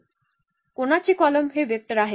कोणाचे कॉलम हे वेक्टर आहेत